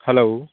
hello